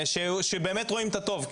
שבאמת רואים את הטוב.